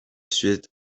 suite